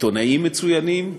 עיתונאים מצוינים,